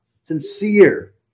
sincere